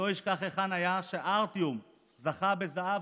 לא ישכח היכן היה כשארטיום זכה בזהב